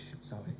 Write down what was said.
sorry